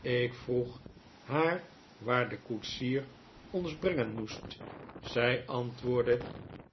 ik vroeg haar waar de koetsier ons brengen moest zij antwoordde